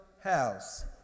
house